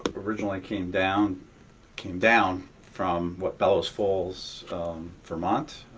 originally came down came down from, what, bellows falls vermont,